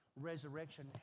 resurrection